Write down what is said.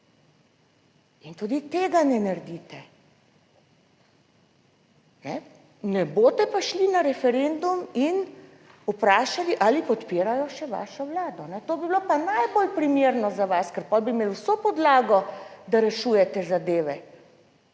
In tudi tega ne naredite, ne. Ne boste pa šli na referendum in vprašali ali podpirajo še vašo vlado; to bi bilo pa najbolj primerno za vas, ker pol bi imeli vso podlago, da rešujete zadeve,